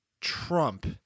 Trump